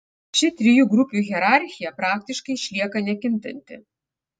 ši trijų grupių hierarchija praktiškai išlieka nekintanti